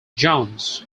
jones